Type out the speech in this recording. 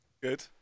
Good